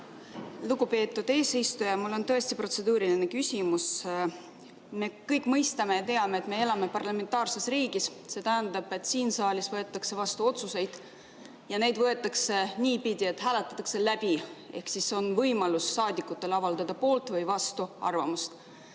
Lugupeetud eesistuja, mul on tõesti protseduuriline küsimus. Me kõik mõistame ja teame, et me elame parlamentaarses riigis. See tähendab, et siin saalis võetakse vastu otsuseid ja neid võetakse vastu nii, et need hääletatakse läbi. Ehk saadikutel on võimalus avaldada poolt- või vastuarvamust.